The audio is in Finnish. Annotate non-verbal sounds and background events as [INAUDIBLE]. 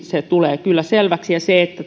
se tulee kyllä sinä aikana hyvin selväksi se että [UNINTELLIGIBLE]